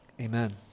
Amen